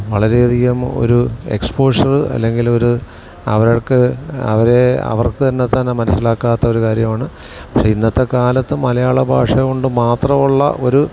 വളരെ അധികം ഒരു എക്സ്പോഷറ് അല്ലെങ്കിലൊരു അവർക്ക് അവരെ അവർക്ക് തന്നത്താനെ മനസ്സിലാക്കാത്തൊരു കാര്യമാണ് പക്ഷേ ഇന്നത്തെ കാലത്ത് മലയാള ഭാഷ കൊണ്ട് മാത്രമുള്ള ഒരു